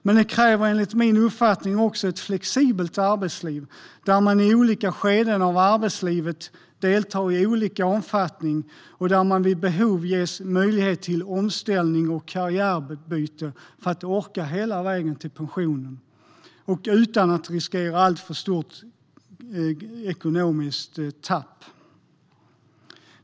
Men det kräver enligt min uppfattning också ett flexibelt arbetsliv, där man i olika skeden av arbetslivet deltar i olika omfattning och där man vid behov ges möjlighet till omställning och karriärbyte för att orka hela vägen till pensionen och utan att riskera ett alltför stort ekonomiskt tapp.